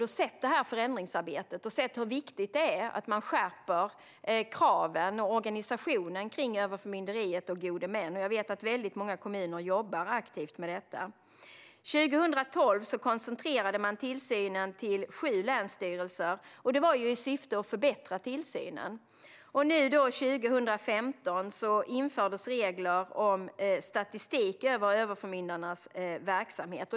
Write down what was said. Jag har sett förändringsarbetet och sett hur viktigt det är att man skärper kraven och organisationen kring överförmynderiet och gode män, och jag vet att många kommuner jobbar aktivt med detta. År 2012 koncentrerade man tillsynen till sju länsstyrelser. Det gjordes i syfte att förbättra tillsynen. År 2015 infördes regler om statistik över överförmyndarnas verksamhet.